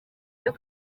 cyo